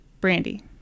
Brandy